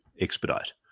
expedite